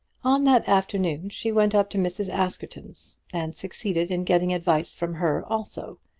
on that afternoon she went up to mrs. askerton's and succeeded in getting advice from her also,